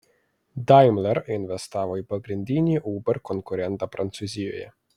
daimler investavo į pagrindinį uber konkurentą prancūzijoje